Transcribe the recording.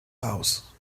house